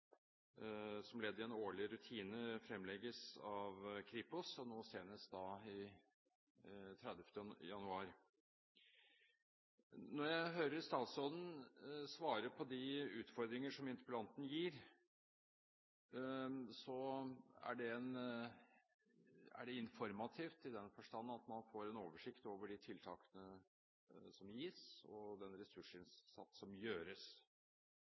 som er ledd i en årlig rutine, og som fremlegges av Kripos, nå senest 30. januar. Når jeg hører statsråden svare på de utfordringer som interpellanten tar opp, er det informativt i den forstand at man får en oversikt over de tiltakene som gjøres, og den ressursinnsatsen som